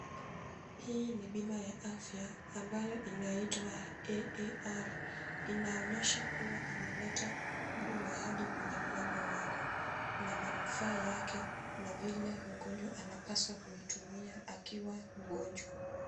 Hii ni bima ya afya ambayo inaitwa AAR. Inaonyesha kuwa inaleta huduma hadi kwenye mlango wako na manufaa yake na vile mgonjwa anapaswa kuitumia akiwa mgonjwa.